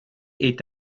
est